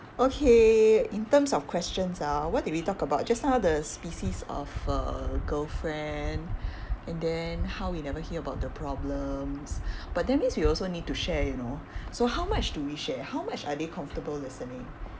okay in terms of questions ah what did we talk about just now the species of uh girlfriend and then how we never hear about their problems but that means we also need to share you know so how much do we share how much are they comfortable listening